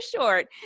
short